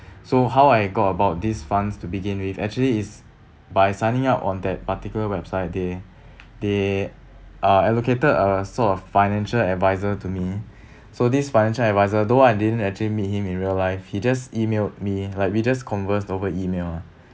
so how I got about these funds to begin with actually is by signing up on that particular website they they uh allocated a sort of financial adviser to me so this financial adviser though I didn't actually meet him in real life he just emailed me like we just conversed over email lah